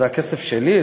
זה הכסף שלי?